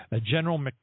General